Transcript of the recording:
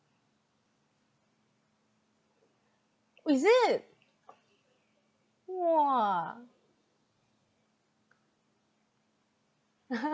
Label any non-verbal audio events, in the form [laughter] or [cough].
is it !wah! [laughs]